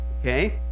okay